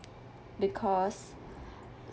because